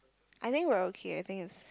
I think we're okay I think it's